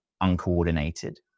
uncoordinated